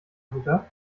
router